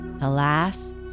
Alas